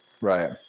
right